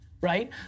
right